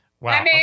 Wow